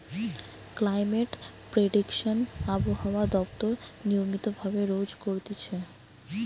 climate prediction আবহাওয়া দপ্তর নিয়মিত ভাবে রোজ করতিছে